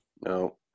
No